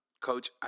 Coach